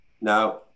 Now